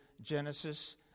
Genesis